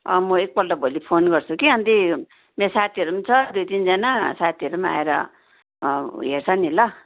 अँ म एकपल्ट भोलि फोन गर्छु कि अन्त यी मेरो साथीहरू पनि छ दुई तिनजना साथीहरू पनि आएर हेर्छ नि ल